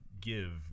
give